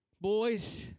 Boys